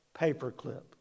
paperclip